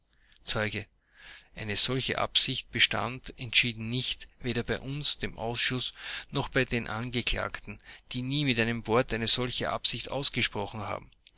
zeuge eine solche absicht bestand entschieden nicht weder bei uns dem ausschuß noch bei den angeklagten die nie mit einem worte eine solche absicht ausgesprochen haben